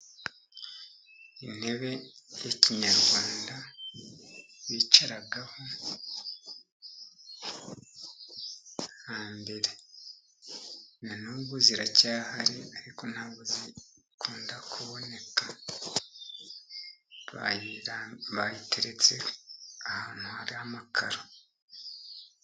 Intebe y'ikinyarwanda bicaragaho hambere na n'ubu ziracyahari, ariko ntabwo zikunda kuboneka, bayiteretse ahantu hari amakaro.